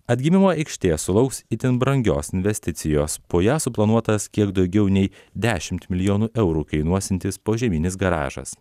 atgimimo aikštė sulauks itin brangios investicijos po ja suplanuotas kiek daugiau nei dešimt milijonų eurų kainuosiantis požeminis garažas